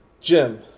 Jim